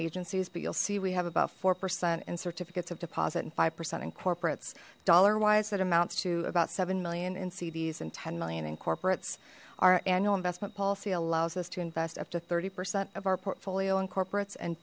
agencies but you'll see we have about four percent in certificates of deposit and five percent in corporates dollar wise that amounts to about seven million in cds and ten million in corporates our annual investment policy allows us to invest up to thirty percent of our portfolio in corporates and